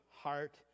heart